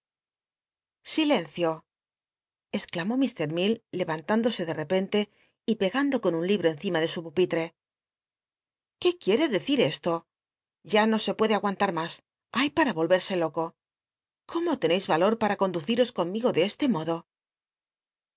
silencio exclamó ilr i cll lcrant indosc de repente y pegando con un libro encima de sil pupih'c qué quicl'c detia esto ya no se puede aguantaa mas hay paaa rolrcrsc loco cómo valor para conduciros conmigo de este modo